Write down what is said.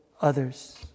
others